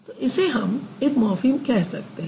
तो इसे हम एक मॉर्फ़िम कह सकते हैं